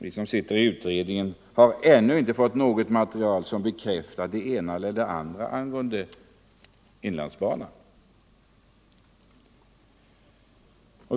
Vi som sitter i utredningen har ännu inte fått något material som bekräftar det ena eller det andra angående inlandsbanan.